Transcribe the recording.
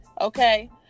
okay